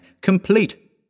complete